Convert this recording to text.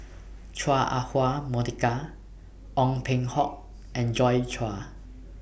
Chua Ah Huwa Monica Ong Peng Hock and Joi Chua